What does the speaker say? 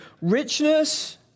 Richness